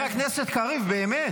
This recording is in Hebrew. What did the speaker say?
--- חבר הכנסת קריב, באמת.